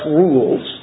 rules